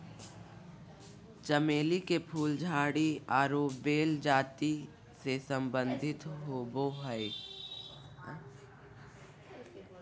चमेली के फूल झाड़ी आरो बेल जाति से संबंधित होबो हइ